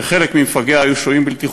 שחלק ממפגעיה היו שוהים בלתי חוקיים,